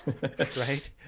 right